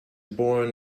born